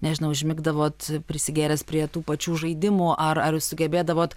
nežinau užmigdavot prisigėręs prie tų pačių žaidimų ar ar jūs sugebėdavot